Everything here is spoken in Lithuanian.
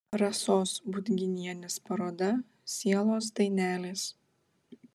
rasos budginienės paroda sielos dainelės